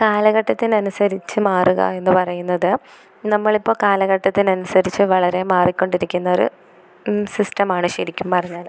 കാലഘട്ടത്തിനനുസരിച്ച് മാറുക എന്നു പറയുന്നത് നമ്മളിപ്പോൾ കാലഘട്ടത്തിനനുസരിച്ച് വളരെ മാറിക്കൊണ്ടിരിക്കുന്നൊരു സിസ്റ്റമാണ് ശരിക്കും പറഞ്ഞാൽ